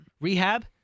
rehab